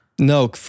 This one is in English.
No